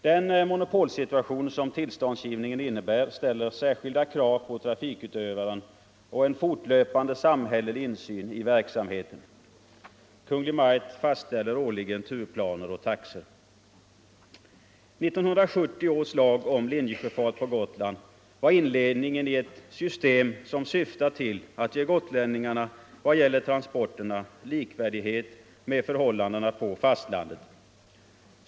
Den monopolsituation som tillståndsgivningen innebär ställer särskilda krav på trafikutövaren och på en fortlöpande samhällelig insyn i verksamheten. Kungl. Maj:t fastställer årligen turplaner och taxor. 1970 års lag om linjesjöfart på Gotland var inledningen till ett system som syftar till att ge gotlänningarna vad gäller transporterna likvärdighet med förhållandena på fastlandet.